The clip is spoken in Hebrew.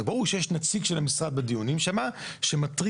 ברור שיש נציג של המשרד בדיונים שם שמתריע